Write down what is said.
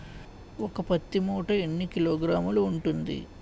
ఒక పత్తి మూట ఎన్ని కిలోగ్రాములు ఉంటుంది?